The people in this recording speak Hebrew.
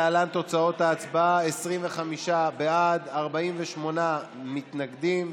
להלן תוצאות ההצבעה: 25 בעד, 48 מתנגדים,